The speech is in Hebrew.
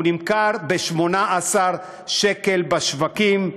הוא נמכר ב-18 שקל בשווקים,